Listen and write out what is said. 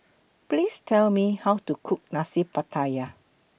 Please Tell Me How to Cook Nasi Pattaya